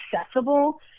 accessible